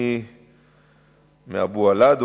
מאבו עלא,